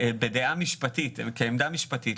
כעמדה משפטית,